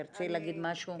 תרצי להגיד משהו?